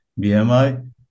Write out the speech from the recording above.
BMI